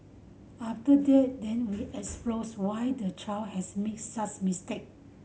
after that then we explores why the child has made such mistake